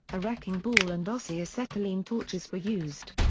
a wrecking ball and oxy-acetylene torches were used.